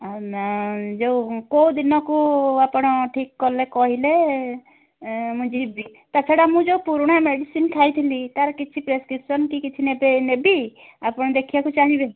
ma'am ଯେଉଁ କେଉଁ ଦିନକୁ ଆପଣ ଠିକ୍ କଲେ କହିଲେ ମୁଁ ଯିବି ତା ଛଡ଼ା ମୁଁ ଯେଉଁ ପୁରୁଣା ମେଡ଼ିସିନ୍ ଖାଇଥିଲି ତା'ର କିଛି ପ୍ରେସ୍କ୍ରିପ୍ସନ୍ କି କିଛି ନେବେ ନେବି ଆପଣ ଦେଖିବାକୁ ଚାହିଁବେ